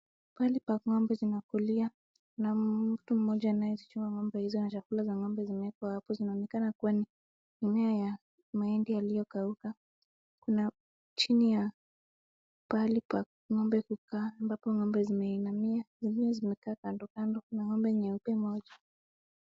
Pahali pa ng'ombe zinakulia, na hapo kuna mmtu ambaye anazichunga ng'ombe hizo na chakula za ng'ombe zimewekwa hapo, inaonekana kuwa ni mimea ya mahindi yaliokauka, kuna chini ya pahali pa ng'ombe kukaa mpaka ng'ombe zimeinamia, zingine zimekaa kando kuna ng'ombe nyeupe moja.